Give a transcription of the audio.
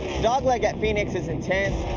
dogleg at phoenix is intense.